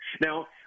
Now